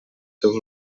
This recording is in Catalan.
seus